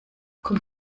kommt